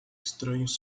estranhos